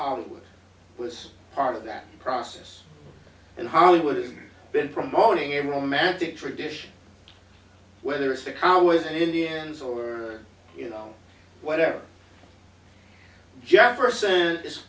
hollywood was part of that process and hollywood has been promoting a romantic tradition whether it's the cowards and indians over you know whatever jefferson